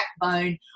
backbone